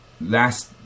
Last